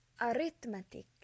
arithmetic